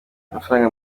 amafaranga